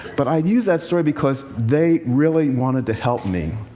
but i use that story because they really wanted to help me.